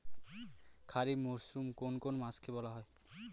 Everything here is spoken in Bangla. খারিফ মরশুম কোন কোন মাসকে বলা হয়?